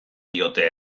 diote